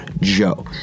Joe